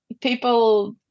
people